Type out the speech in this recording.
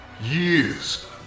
Years